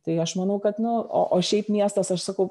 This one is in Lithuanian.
tai aš manau kad nu o o šiaip miestas aš sakau